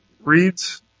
reads